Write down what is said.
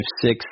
six